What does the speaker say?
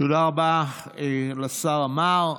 תודה רבה לשר עמאר.